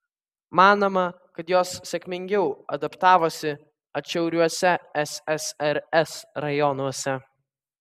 manoma kad jos sėkmingiau adaptavosi atšiauriuose ssrs rajonuose